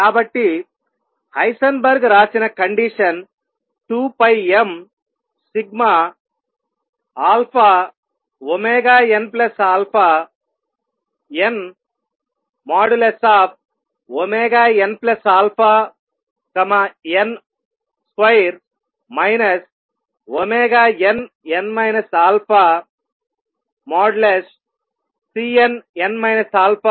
కాబట్టి హైసెన్బర్గ్ రాసిన condition 2 m nαn|nαn|2 nn α|Cnn α |2h